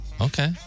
Okay